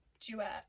duet